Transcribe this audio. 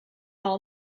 all